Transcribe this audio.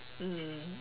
mm